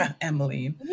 Emily